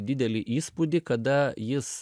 didelį įspūdį kada jis